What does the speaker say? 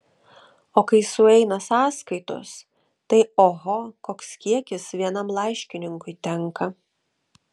o kai sueina sąskaitos tai oho koks kiekis vienam laiškininkui tenka